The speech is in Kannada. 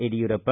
ಯಡಿಯೂರಪ್ಪ